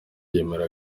yemera